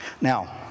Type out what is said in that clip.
Now